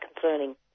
concerning